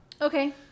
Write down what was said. Okay